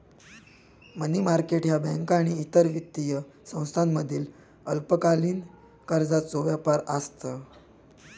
मनी market ह्या बँका आणि इतर वित्तीय संस्थांमधील अल्पकालीन कर्जाचो व्यापार आसत